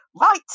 Right